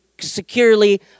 securely